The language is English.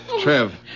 Trev